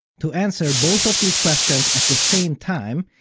to answer both of these questions at the same time,